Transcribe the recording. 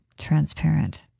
Transparent